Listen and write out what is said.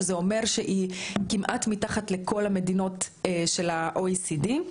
זה אומר שהיא כמעט מתחת לכל המדינות של ה-OECD.